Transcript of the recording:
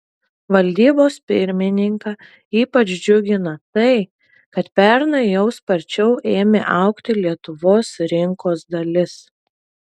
valdybos pirmininką ypač džiugina tai kad pernai jau sparčiau ėmė augti lietuvos rinkos dalis